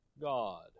God